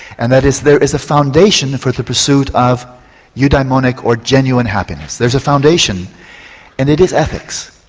and that is there is a foundation for the pursuit of eudaimonic or genuine happiness, there is a foundation and it is ethics.